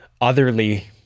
otherly